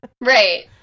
Right